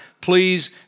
please